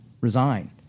resign